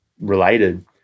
related